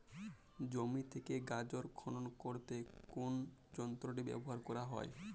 জমি থেকে গাজর খনন করতে কোন যন্ত্রটি ব্যবহার করা হয়?